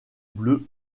bleues